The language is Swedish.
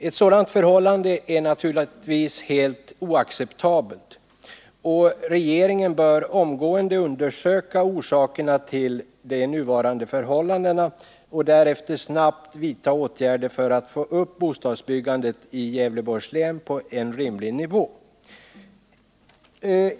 Ett sådant förhållande är naturligtvis helt oacceptabelt, och regeringen bör omgående undersöka orsakerna till de nuvarande förhållandena och därefter snabbt vidta åtgärder för att få upp bostadsbyggandet i Gävleborgs län på en rimlig nivå.